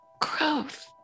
growth